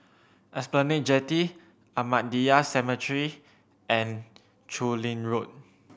Esplanade Jetty Ahmadiyya Cemetery and Chu Lin Road